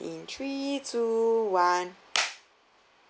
in three two one